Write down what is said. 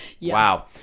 Wow